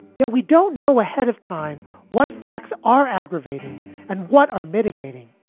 yeah we don't know ahead of time what facts are aggravating and what are mitigating.